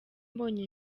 mbonye